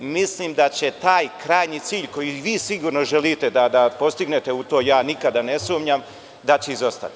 Mislim da će taj krajnji cilj, koji i vi sigurno želite da postignete, u to ja nikada ne sumnjam, da će izostati.